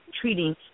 treating